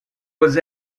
was